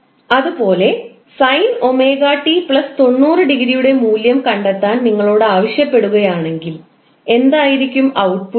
അതുപോലെ sin𝜔𝑡 90 യുടെ മൂല്യം കണ്ടെത്താൻ നിങ്ങളോട് ആവശ്യപ്പെടുകയാണെങ്കിൽ എന്തായിരിക്കും ഔട്ട്പുട്ട്